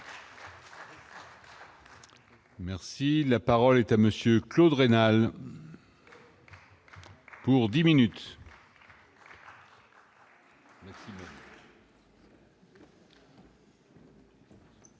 Merci, la parole est à monsieur Claude rénal. Pour 10 minutes. Monsieur